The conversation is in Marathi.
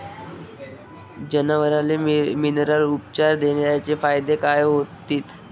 जनावराले मिनरल उपचार देण्याचे फायदे काय होतीन?